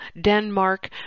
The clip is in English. Denmark